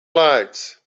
lights